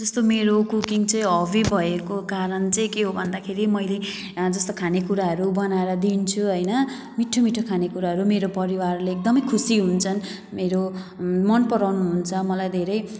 जस्तो मेरो कुकिङ चाहिँ हबी भएको कारण चाहिँ के हो भन्दाखेरि मैले जस्तो खानेकुराहरू बनाएर दिन्छु होइन मिठो मिठो खानेकुराहरू मेरो परिवारले एकदमै खुसी हुन्छन् मेरो मन पराउनुहुन्छ मलाई धेरै